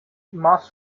must